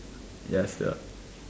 ya sia